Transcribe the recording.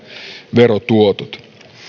verotuotot